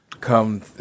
Come